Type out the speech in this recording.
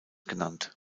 genannt